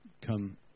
come